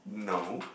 no